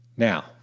Now